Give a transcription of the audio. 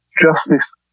justice